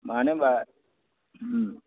मानो होमब्ला